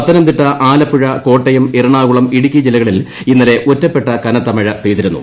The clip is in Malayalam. പത്തനംതിട്ട ആലപ്പുഴ കോട്ടയം എറണാകുളം ഇടുക്കി ജില്ലകളിൽ ഇന്നലെ ഒറ്റപ്പെട്ട കനത്ത മഴ പെയ്തിരുന്നു